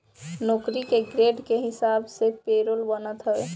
नौकरी के ग्रेड के हिसाब से पेरोल बनत हवे